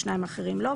השניים האחרים לא.